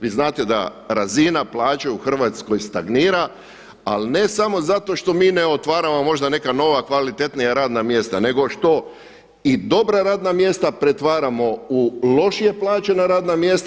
Vi znate da razina plaće u Hrvatskoj stagnira, ali ne samo zato što mi ne otvaramo možda neka nova kvalitetnija radna mjesta nego što i dobra radna mjesta pretvaramo u lošije plaćena radna mjesta.